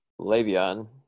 Le'Veon